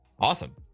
awesome